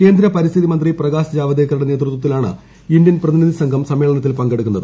കേന്ദ്ര പരിസ്ഥിതി മന്ത്രി പ്രകാശ് ജാവദേക്കറുടെ നേതൃത്വത്തിലാണ് ഇന്ത്യൻ പ്രതിനിധി സംഘം സമ്മേളനത്തിൽ പങ്കെടുക്കുന്നത്